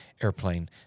airplane